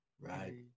Right